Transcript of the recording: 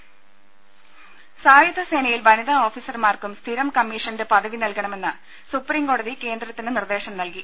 രദേഷ്ടെടു സായുധ സേനയിൽ വനിതാ ഓഫീസർമാർക്കും സ്ഥിരം കമ്മീഷൻഡ് പദവി നൽകണമെന്ന് സുപ്രീംകോടതി കേന്ദ്രത്തിന് നിർദ്ദേശം നൽകി